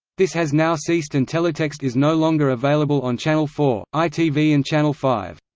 this has now ceased and teletext is no longer available on channel four, itv and channel five.